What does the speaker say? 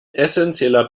essenzieller